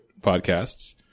podcasts